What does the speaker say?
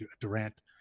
Durant